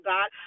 God